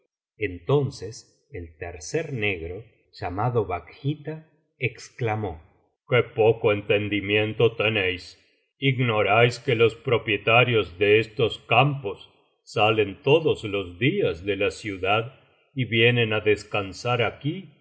entonces el tercer negro llamado bakhita exclamó qué poco entendimiento tenéis ignoráis que los propietarios de estos campos salen todos los días de la ciudad y vienen á descansar aquí